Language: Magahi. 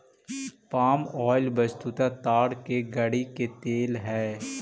पाम ऑइल वस्तुतः ताड़ के गड़ी के तेल हई